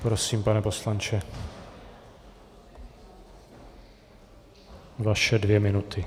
Prosím, pane poslanče, vaše dvě minuty.